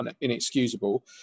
inexcusable